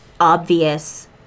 obvious